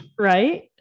Right